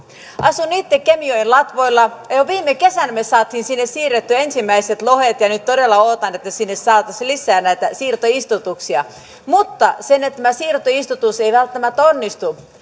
asun itse kemijoen latvoilla ja jo viime kesänä me saimme sinne siirrettyä ensimmäiset lohet ja nyt todella odotan että sinne saataisiin lisää näitä siirtoistutuksia mutta tämä siirtoistutus ei välttämättä onnistu